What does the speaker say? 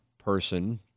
person